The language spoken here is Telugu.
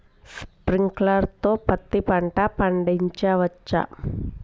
స్ప్రింక్లర్ తో పత్తి పంట పండించవచ్చా?